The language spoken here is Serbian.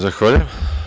Zahvaljujem.